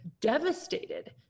devastated